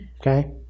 okay